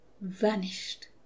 vanished